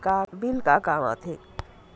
Bill का काम आ थे?